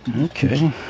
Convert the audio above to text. Okay